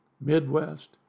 Midwest